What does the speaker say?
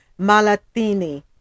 malatini